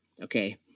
Okay